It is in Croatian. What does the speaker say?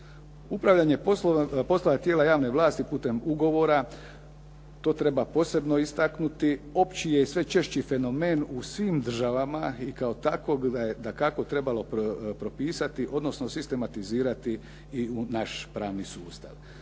Upravljanje poslova tijela javne vlasti putem ugovora. To treba posebno istaknuti, opći je i sve češći fenomen u svim državama i kao takvog da je dakako trebalo propisati, odnosno sistematizirati i u naš pravni sustav.